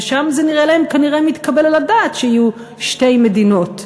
ושם זה נראה להם כנראה מתקבל על הדעת שיהיו שתי מדינות.